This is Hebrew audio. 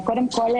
קודם כל,